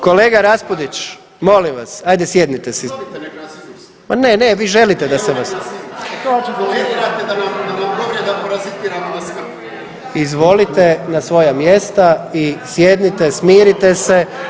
Kolega Raspudić, molim vas, ajde sjednite si. ... [[Upadica Raspudić, ne razumije se.]] Pa ne, ne, vi želite da se vas. ... [[Upadica Raspudić, ne razumije se.]] Izvolite na svoja mjesta i sjednite, smirite se.